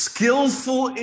Skillful